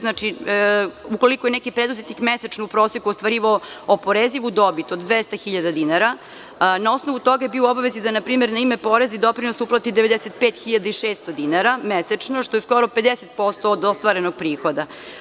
Znači, ukoliko je neki preduzetnik mesečno u proseku ostvarivao oporezivu dobit 200.000 dinara, na osnovu toga je bio u obavezi da, na primer, na ime poreza i doprinosa uplati 95.600 dinara mesečno, što je skoro 50% od ostvarenog prihoda.